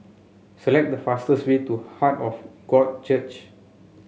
select the fastest way to Heart of God Church